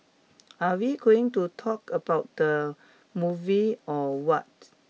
are we going to talk about the movie or what